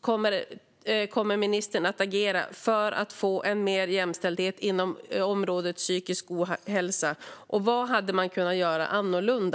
kommer ministern att agera för att få mer jämställdhet inom området psykisk ohälsa, och vad hade man kunnat göra annorlunda?